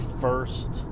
first